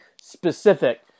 specific